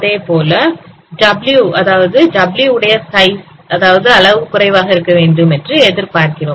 அதேபோல W அதாவது W உடைய சைஸ் அதாவது அளவு குறைவாக இருக்க வேண்டும் என எதிர்பார்க்கிறோம்